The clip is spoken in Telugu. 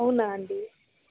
అవునా అండి